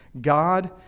God